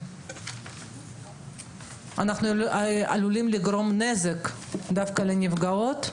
שאנחנו עלולים לגרום נזק לנפגעות.